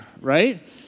right